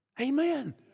amen